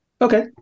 Okay